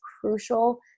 crucial